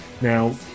now